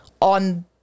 on